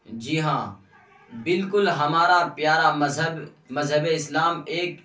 جی ہاں بالکل ہمارا پیارا مذہب مذہب اسلام ایک